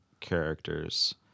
characters